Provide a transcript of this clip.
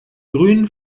grünen